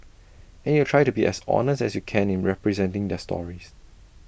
and you try to be as honest as you can in representing their stories